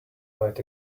might